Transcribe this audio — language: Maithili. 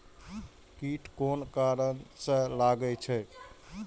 कीट कोन कारण से लागे छै?